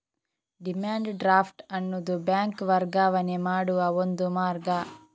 demand draft ಅನ್ನುದು bank ವರ್ಗಾವಣೆ ಮಾಡುವ ಒಂದು ಮಾರ್ಗ